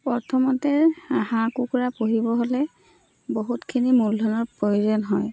প্ৰথমতে হাঁহ কুকুৰা পুহিব হ'লে বহুতখিনি মূলধনৰ প্ৰয়োজন হয়